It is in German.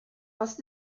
was